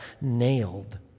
nailed